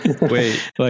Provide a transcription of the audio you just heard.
Wait